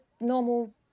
normal